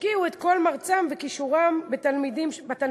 ישקיעו את כל מרצם וכישוריהם בתלמידים